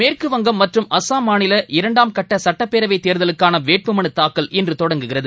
மேற்குவங்கம் மற்றும் அஸ்ஸாம் மாநில இரண்டாம் கட்டசுட்டப்பேரவைத் தேர்தலுக்கானவேட்புமலுதாக்கல் இன்றுதொடங்குகிறது